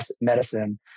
medicine